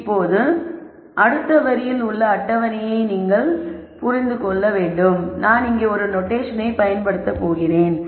இப்போது அடுத்த வரியில் உள்ள அட்டவணையைப் புரிந்து கொள்ள நான் இங்கே ஒரு நொட்டேஷனை பயன்படுத்தப் போகிறேன்